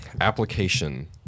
application